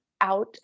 out